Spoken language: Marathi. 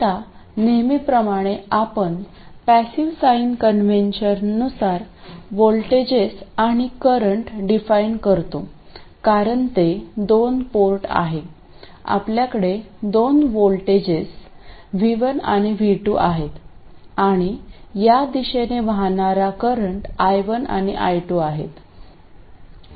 आता नेहमीप्रमाणे आम्ही पॅसिव्ह साइन कन्व्हेन्शननुसार व्होल्टेजेस आणि करंट डीफाइन करतो कारण ते दोन पोर्ट आहे आपल्याकडे दोन व्होल्टेज V1 आणि V2 आहेत आणि या दिशेने वाहणारे करंट I1 आणि I2 आहेत